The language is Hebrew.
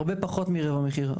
אלא הרבה פחות מרבע מחיר.